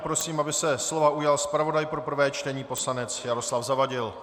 Prosím, aby se slova ujal zpravodaj pro prvé čtení poslanec Jaroslav Zavadil.